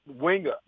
winger